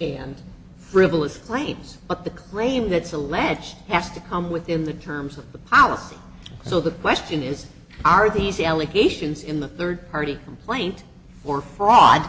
and frivolous claims but the claim that's alleged has to come within the terms of the policy so the question is are these allegations in the third party complaint or fraud